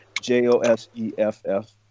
J-O-S-E-F-F